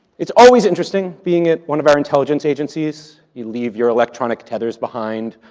it's always interesting being at one of our intelligence agencies. you leave your electronic tethers behind.